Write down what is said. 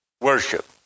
worship